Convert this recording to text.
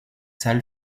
salle